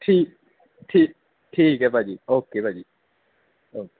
ਠੀਕ ਠੀਕ ਠੀਕ ਹੈ ਭਾਅ ਜੀ ਓਕੇ ਭਾਅ ਜੀ ਓਕ